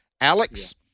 Alex